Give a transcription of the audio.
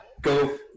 go